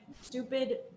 stupid